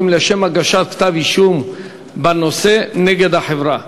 לשם הגשת כתב-אישום בנושא נגד החברה.